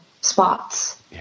spots